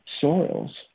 soils